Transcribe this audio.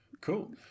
Cool